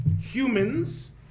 humans